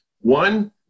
one